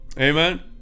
Amen